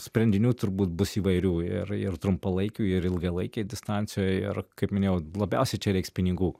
sprendinių turbūt bus įvairių ir ir trumpalaikių ir ilgalaikėj distancijoj ir kaip minėjau labiausiai čia reiks pinigų